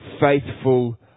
faithful